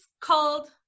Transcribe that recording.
called